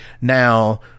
now